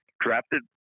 drafted